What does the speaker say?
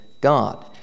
God